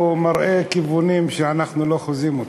הוא מראה כיוונים שאנחנו לא חוזים אותם.